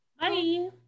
Bye